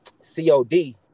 COD